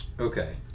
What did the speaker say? Okay